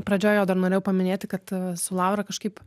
pradžioj jo dar norėjau paminėti kad su laura kažkaip